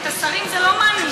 את השרים זה לא מעניש,